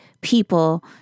people